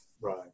Right